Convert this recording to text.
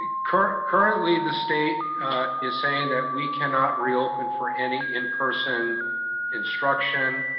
currently the state is saying that we cannot reopen for any in person instruction.